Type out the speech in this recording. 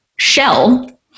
shell